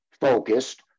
focused